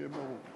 שיהיה ברור.